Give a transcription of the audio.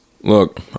look